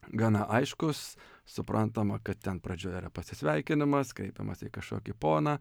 gana aiškūs suprantama kad ten pradžioje yra pasisveikinimas kreipiamasi į kažkokį poną